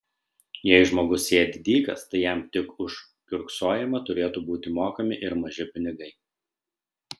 jei žmogus sėdi dykas tai jam tik už kiurksojimą turėtų būti mokami ir maži pinigai